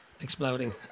exploding